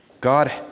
God